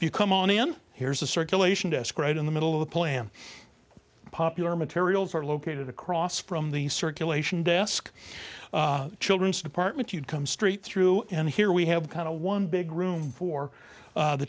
you come on in here's a circulation desk right in the middle of the plan popular materials are located across from the circulation desk children's department you'd come straight through and here we have kind of one big room for the